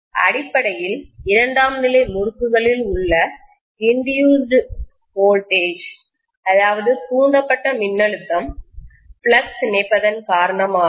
அடிப்படையில் இரண்டாம் நிலை முறுக்குகளில் உள்ள இன்டியூஸ்டு வோல்டேஜ் தூண்டப்பட்ட மின்னழுத்தம் ஃப்ளக்ஸ் இணைப்பதன் காரணமாகும்